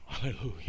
Hallelujah